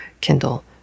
Kindle